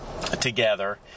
Together